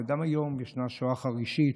וגם היום יש שואה חרישית